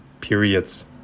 periods